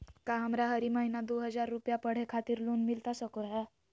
का हमरा हरी महीना दू हज़ार रुपया पढ़े खातिर लोन मिलता सको है?